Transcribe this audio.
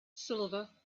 silver